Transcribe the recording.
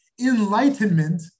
enlightenment